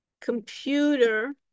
computer